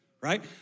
right